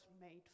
made